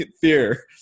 fear